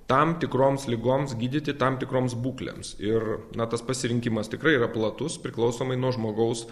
tam tikroms ligoms gydyti tam tikroms būklėms ir na tas pasirinkimas tikrai yra platus priklausomai nuo žmogaus